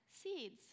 seeds